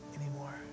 anymore